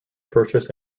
purchased